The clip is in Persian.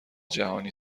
جهانی